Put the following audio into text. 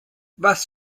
was